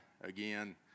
again